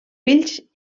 fills